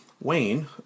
Wayne